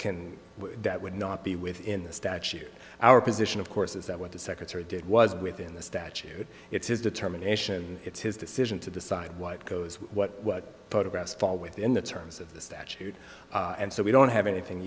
can that would not be within the statute our position of course is that what the secretary did was within the statute it's his determination it's his decision to decide what goes what what photographs fall within the terms of the statute and so we don't have anything